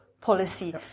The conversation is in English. policy